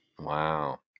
Wow